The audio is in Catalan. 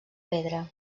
pedra